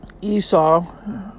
Esau